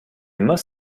must